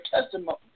testimony